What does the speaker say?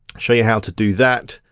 show you how to do that.